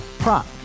Prop